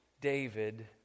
David